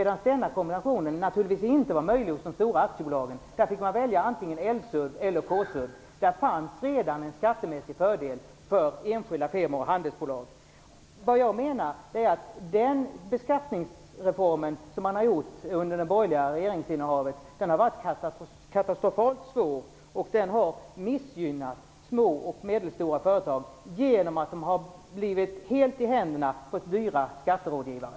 Den kombinationen var naturligtvis inte möjlig för de stora aktiebolagen, där man fick välja antingen L-SURV eller K-SURV. I och med detta fanns det alltså redan en skattemässig fördel för enskilda firmor och handelsbolag. Den beskattningsreform som åstadkoms under tiden med det borgerliga regeringsinnehavet har varit katastrofalt svår. Och den har missgynnat små och medelstora företag genom att dessa har kommit helt i händerna på dyra skatterådgivare.